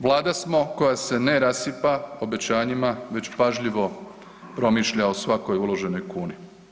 Vlada smo koja se ne rasipa obećanjima već pažljivo promišlja o svakoj uloženoj kuni.